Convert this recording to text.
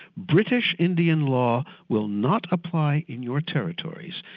british-indian law will not apply in your territories.